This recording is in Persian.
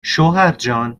شوهرجاننایلون